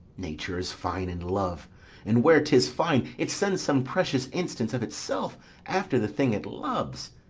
nature is fine in love and where tis fine, it sends some precious instance of itself after the thing it loves.